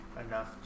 enough